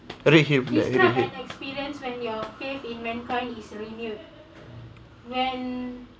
repeat that a little bit